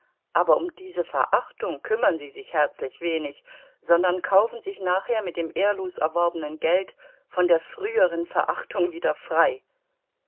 aber um diese verachtung kümmern sie sich herzlich wenig sondern kaufen sich nachher mit dem ehrlos erworbenen geld von der früheren verachtung wieder frei